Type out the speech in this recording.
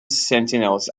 sentinels